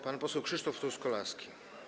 Pan poseł Krzysztof Truskolaski.